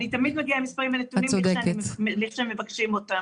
אני תמיד מגיעה עם מספרים ונתונים כשמבקשים אותם.